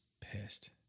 pissed